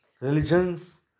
Religions